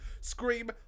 scream